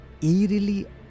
eerily